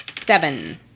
Seven